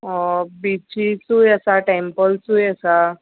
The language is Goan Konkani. बिचीसूय आसा टेंपल्सूय आसा